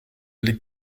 les